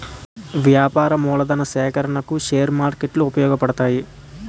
వ్యాపార మూలధన సేకరణకు షేర్ మార్కెట్లు ఉపయోగపడతాయి